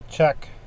check